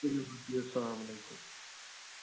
تُلِو حظ بِہِو اَسَلامُ علیکُم